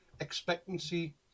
expectancy